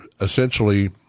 essentially